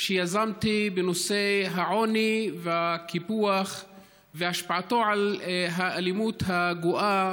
דיון מאוד מעמיק שיזמתי בנושא העוני והקיפוח והשפעתם על האלימות הגואה